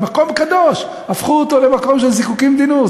מקום קדוש, הפכו אותו למקום של זיקוקין די-נור.